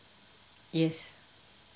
yes